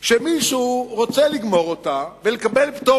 שמישהו רוצה לגמור ולקבל פטור,